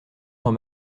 dans